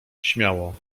śmiało